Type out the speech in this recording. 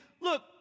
look